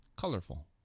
colorful